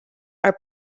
are